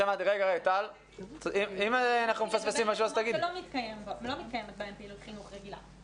המשמעות היא לגבי מקומות שלא מתקיימת בהם פעילות חינוך רגילה.